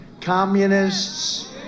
Communists